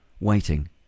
waiting